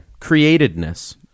Createdness